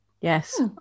Yes